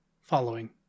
following